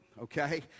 okay